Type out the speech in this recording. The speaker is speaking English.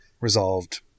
resolved